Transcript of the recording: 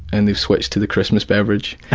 and they've switched to the christmas beverage.